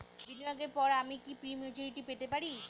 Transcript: বিনিয়োগের পর আমি কি প্রিম্যচুরিটি পেতে পারি?